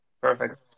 perfect